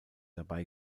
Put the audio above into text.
dabei